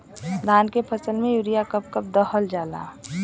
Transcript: धान के फसल में यूरिया कब कब दहल जाला?